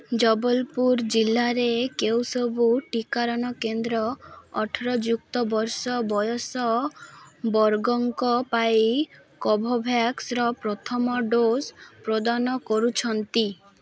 ଜବଲପୁର ଜିଲ୍ଲାରେ କେଉଁ ସବୁ ଟିକାକରଣ କେନ୍ଦ୍ର ଅଠର ଯୁକ୍ତ ବର୍ଷ ବୟସ ବର୍ଗଙ୍କ ପାଇଁ କୋଭୋଭ୍ୟାକ୍ସର ପ୍ରଥମ ଡୋଜ୍ ପ୍ରଦାନ କରୁଛନ୍ତି